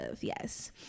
yes